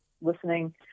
listening